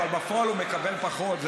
אבל בפועל הוא מקבל פחות,